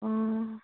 অঁ